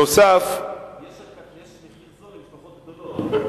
יש מחיר זול למשפחות גדולות.